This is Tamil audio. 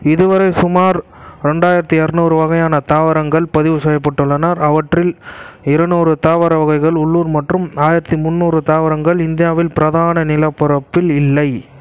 இதுவரை சுமார் ரெண்டாயிரத்தி இருநூறு வகையான தாவரங்கள் பதிவு செய்யப்பட்டுள்ளன அவற்றில் இருநூறு தாவர வகைகள் உள்ளூர் மற்றும் ஆயிரத்தி முன்னூறு தாவரங்கள் இந்தியாவின் பிரதான நிலப்பரப்பில் இல்லை